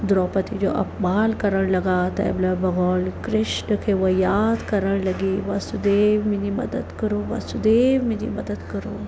द्रौपदी जो अपमानु करणु लॻा तंहिंमहिल भॻवानु कृष्ण खे उहो यादि करणु लॻी उहा वासुदेव मुंहिंजी मदद करो वासुदेव मुंहिंजी मदद करो